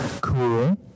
Cool